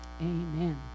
amen